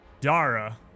dara